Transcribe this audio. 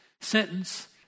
sentence